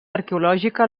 arqueològica